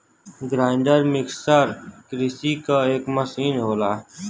grinder mixer कृषि क एक मसीन होला